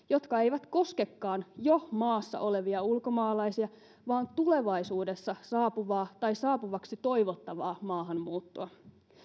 jotka eivät koskekaan jo maassa olevia ulkomaalaisia vaan tulevaisuudessa saapuvaa tai saapuvaksi toivottavaa maahanmuuttoa